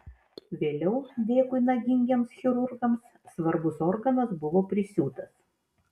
vėliau dėkui nagingiems chirurgams svarbus organas buvo prisiūtas